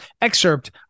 excerpt